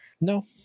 No